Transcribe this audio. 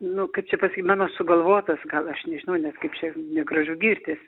nu kaip čia pasakyt mano sugalvotas gal aš nežinau net kaip čia negražu girtis